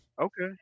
Okay